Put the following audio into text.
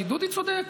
כי דודי צודק.